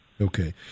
Okay